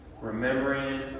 remembering